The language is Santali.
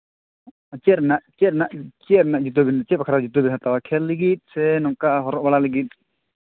ᱪᱮᱫ ᱨᱮᱱᱟᱜ ᱪᱮᱫ ᱨᱮᱱᱟᱜ ᱪᱮᱫ ᱨᱮᱱᱟᱜ ᱡᱩᱛᱟᱹ ᱵᱮᱱ ᱪᱮᱫ ᱵᱟᱠᱷᱨᱟ ᱡᱩᱛᱟᱹ ᱵᱮᱱ ᱦᱟᱛᱟᱣᱟ ᱠᱷᱮᱞ ᱞᱟᱹᱜᱤᱫ ᱥᱮ ᱱᱚᱝᱠᱟ ᱦᱚᱨᱚᱜ ᱵᱟᱲᱟ ᱞᱟᱹᱜᱤᱫ